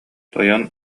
тойон